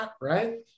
right